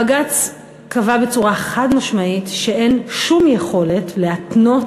בג"ץ קבע בצורה חד-משמעית שאין שום יכולת להתנות